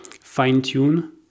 fine-tune